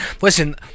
Listen